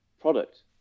product